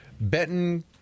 Benton